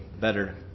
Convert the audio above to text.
better